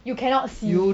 you cannot see